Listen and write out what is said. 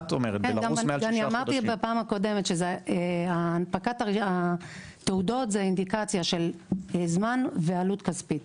אמרתי בפעם הקודמת שהנפקת התעודות זה האינדיקציה של זמן ועלות כספית